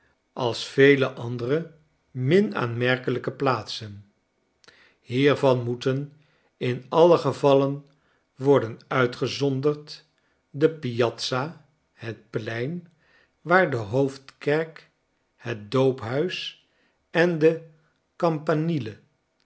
als vele andere min aanmerkelijke plaatsen hiervan moeten in alle gevallen worden uitgezonderd de piazza het plein waar de hoofdkerk het doophuis en de campanile